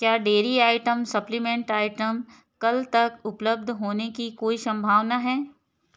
क्या dairy items supplements items कल तक उपलब्ध होने की कोई संभावना है